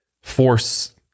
force